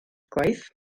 gwaith